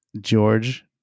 George